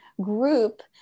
group